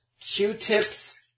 Q-tips